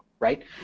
Right